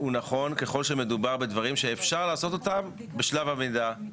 הוא מחליט בו לגופו בשאלה אם מצדיק או לא מצדיק,